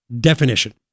definition